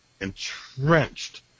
entrenched